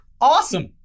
awesome